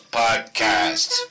podcast